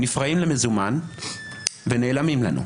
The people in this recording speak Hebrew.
נפרעים למזומן ונעלמים לנו.